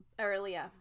earlier